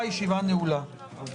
הישיבה ננעלה בשעה 13:01.